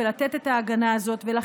יש חובה לתת מקום לניסיון שלהם ולחוויות